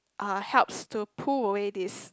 uh helps to pull away this